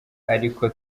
ariko